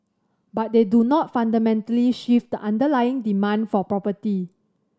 but they do not fundamentally shift the underlying demand for property